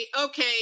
okay